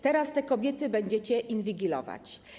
Teraz te kobiety będziecie inwigilować.